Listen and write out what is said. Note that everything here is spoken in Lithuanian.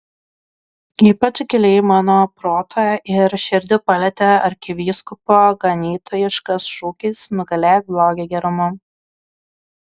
ypač giliai mano protą ir širdį palietė arkivyskupo ganytojiškas šūkis nugalėk blogį gerumu